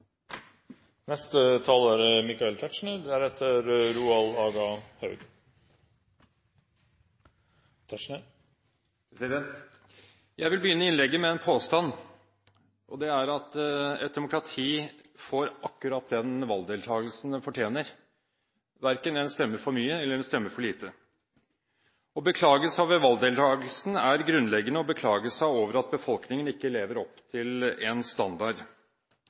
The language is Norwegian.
Jeg vil begynne innlegget med en påstand, og det er at et demokrati får akkurat den valgdeltagelsen det fortjener – verken en stemme for mye eller en stemme for lite. Å beklage seg over valgdeltagelsen er grunnleggende å beklage seg over at befolkningen ikke lever opp til en standard.